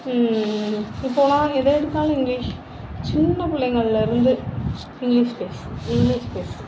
இப்போலாம் எதை எடுத்தாலும் இங்கிலீஷ் சின்ன பிள்ளைங்கள்ள இருந்து இங்கிலீஷ் பேசு இங்கிலீஷ் பேசு